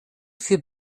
für